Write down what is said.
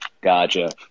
Gotcha